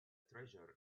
treasure